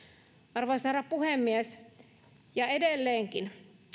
arvoisa herra puhemies edelleenkin